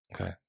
Okay